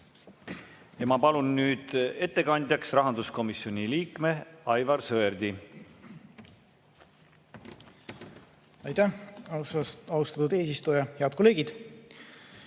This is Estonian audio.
Ma palun nüüd ettekandjaks rahanduskomisjoni liikme Aivar Sõerdi. Aitäh, austatud eesistuja! Head kolleegid!